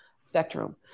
spectrum